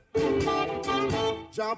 jump